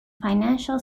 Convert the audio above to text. financial